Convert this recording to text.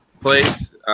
Place